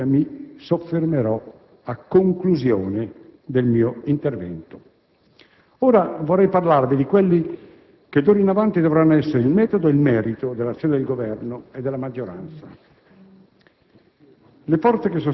Su questo argomento, tuttavia, mi soffermerò a conclusione del mio intervento. Ora vorrei parlarvi di quelli che d'ora in avanti dovranno essere il metodo e il merito dell'azione del Governo e della maggioranza.